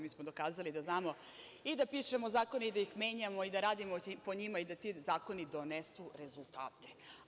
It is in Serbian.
Mi smo dokazali da znamo i da pišemo zakone i da ih menjamo i da radimo po njima i da ti zakoni donesu rezultate.